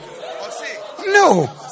No